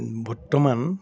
বৰ্তমান